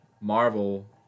marvel